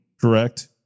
correct